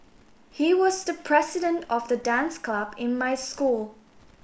he was the president of the dance club in my school